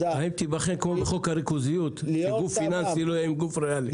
האם תיבחן כמו בחוק הריכוזיות כי גוף פיננסי לא יהיה עם גוף ריאלי.